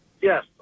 Yes